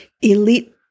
elite